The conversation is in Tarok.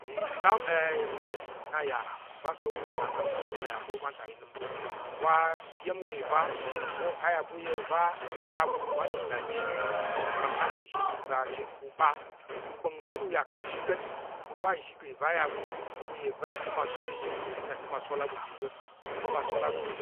Ìtam nbali nna yà va̱ asa̱l- wu aga nlà nnap là va̱ wan ta i nəm ko, wa iya̱m wa ìva a yà pa̱ u ya ìva a ya ɓu wa anəm ga nzhi mmaɓu ka̱ nkang na ka̱ nzhi kang u ga achen kang u ɓa u gba̱ng chit u yà ka̱ nzhi ka̱t kang u ɓa nzhi ka̱ ìva ya ɓu te ɓu ya ìva chər i nə́m aswal á ɓu ka̱